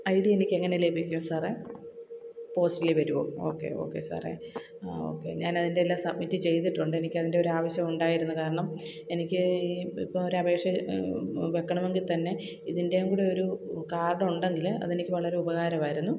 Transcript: I D എനിക്കെങ്ങനെ ലഭിക്കും സാറെ പോസ്റ്റലില് വരുവോ ഓക്കെ ഓക്കെ സാറെ ഓക്കെ ഞാനതിന്റെ എല്ലാം സബ്മിറ്റ് ചെയ്തിട്ടുണ്ട് എനിക്കതിന്റെ ഒരു ആവശ്യം ഉണ്ടായിരുന്നു കാരണം എനിക്ക് ഇപ്പോള് ഒരപേക്ഷ വെക്കണമെങ്കില്ത്തന്നെ ഇതിന്റെയും കൂടെയൊരു കാര്ഡ് ഉണ്ടെങ്കില് അതെനിക്ക് വളരെ ഉപകാരമായിരുന്നു